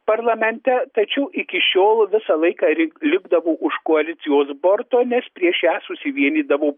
parlamente tačiau iki šiol visą laiką ri likdavo už koalicijos borto nes prieš ją susivienydavo